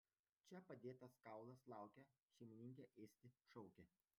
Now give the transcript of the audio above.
čia padėtas kaulas laukia šeimininkė ėsti šaukia